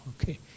okay